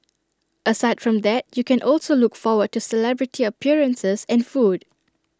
aside from that you can also look forward to celebrity appearances and food